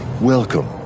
Welcome